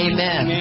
Amen